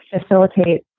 facilitate